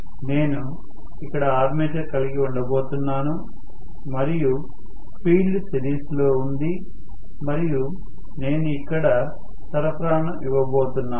నేను ఇక్కడ ఆర్మేచర్ కలిగి ఉండబోతున్నాను మరియు ఫీల్డ్ సిరీస్లో ఉంది మరియు నేను ఇక్కడ సరఫరాను ఇవ్వబోతున్నాను